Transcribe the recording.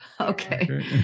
okay